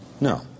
No